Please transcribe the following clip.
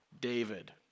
David